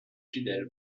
fidèle